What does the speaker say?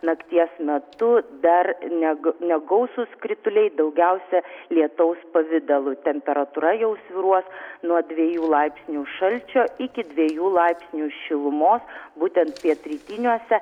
nakties metu dar neg negausūs krituliai daugiausia lietaus pavidalu temperatūra jau svyruos nuo dviejų laipsnių šalčio iki dviejų laipsnių šilumos būtent pietrytiniuose